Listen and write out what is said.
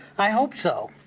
i hope so